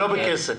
ולא בכסף.